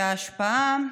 שההשפעה,